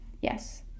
yes